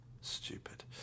Stupid